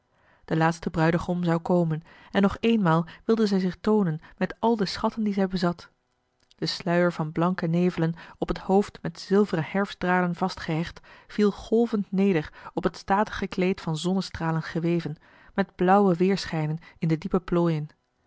de laatste bruidegom zou komen en nog eenmaal wilde zij zich tooien met al de schatten die zij bezat de sluier van blanke nevelen op t hoofd met zilveren herfstdraden vastgehecht viel golvend neder op het statige kleed van zonnestralen geweven met blauwe weerschijnen in de diepe plooien